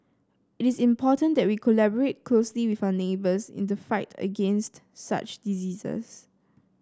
it is important that we collaborate closely with our neighbours in the fight against such diseases